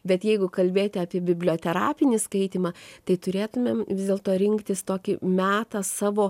bet jeigu kalbėti apie biblioterapinį skaitymą tai turėtumėm vis dėlto rinktis tokį metą savo